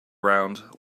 round